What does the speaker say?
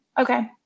Okay